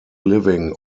living